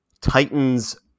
Titans